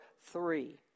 Three